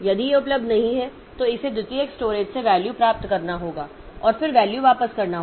यदि यह उपलब्ध नहीं है तो इसे द्वितीयक स्टोरेज से वैल्यू प्राप्त करना होगा और फिर वैल्यू वापस करना होगा